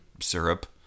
Syrup